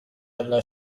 alla